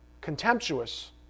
contemptuous